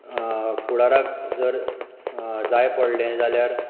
फुडाराक जर जाय पडलें जाल्यार